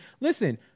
Listen